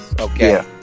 Okay